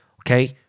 Okay